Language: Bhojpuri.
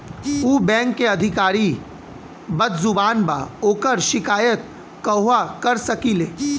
उ बैंक के अधिकारी बद्जुबान बा ओकर शिकायत कहवाँ कर सकी ले